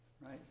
right